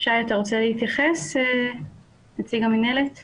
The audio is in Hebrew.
לגבי הנתונים